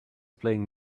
playing